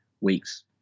weeks